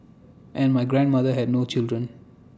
and my grandmother had no children